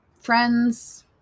friends